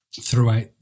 throughout